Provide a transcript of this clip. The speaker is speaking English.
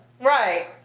right